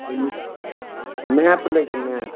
नहि मैप लै के है मैप